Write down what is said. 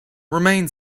remain